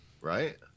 right